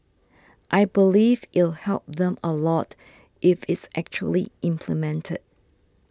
I believe it'll help them a lot if it's actually implemented